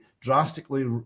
drastically